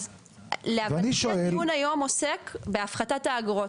אז להבנתי הדיון היום עוסק בהפחתת האגרות,